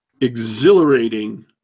exhilarating